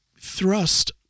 thrust